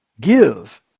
Give